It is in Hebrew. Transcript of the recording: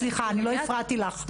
סליחה אני לא הפרעתי לך.